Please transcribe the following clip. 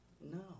no